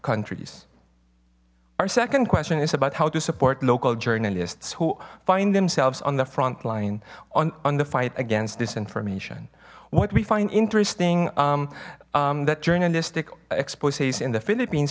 countries our second question is about how to support local journalists who find themselves on the frontline on on the fight against this information what we find interesting that journalistic exposes in the philippines